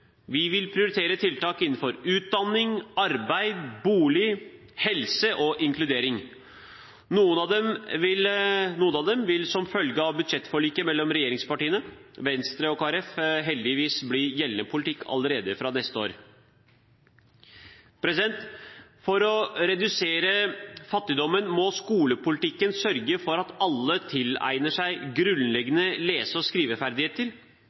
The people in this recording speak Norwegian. Vi vil prioritere tiltak innenfor utdanning, arbeid, bolig, helse og inkludering. Noen av disse vil som følge av budsjettforliket mellom regjeringspartiene, Venstre og Kristelig Folkeparti heldigvis bli gjeldende politikk allerede fra neste år. For å redusere fattigdommen må skolepolitikken sørge for at alle tilegner seg grunnleggende lese- og skriveferdigheter,